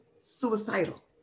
suicidal